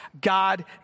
God